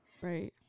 Right